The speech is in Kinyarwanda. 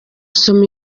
soma